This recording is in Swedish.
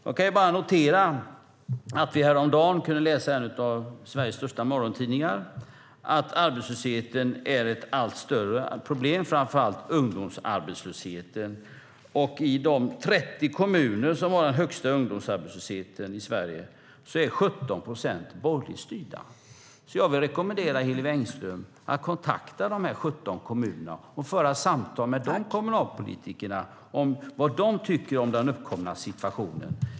Jag kan bara notera att vi häromdagen kunde läsa i en av Sveriges största morgontidningar att arbetslösheten är ett allt större problem, framför allt ungdomsarbetslösheten. Av de 30 kommuner som har den högsta ungdomsarbetslösheten i Sverige är 17 borgerligt styrda. Jag vill rekommendera Hillevi Engström att kontakta de 17 kommunerna och föra samtal med kommunalpolitikerna där om vad de tycker om den uppkomna situationen.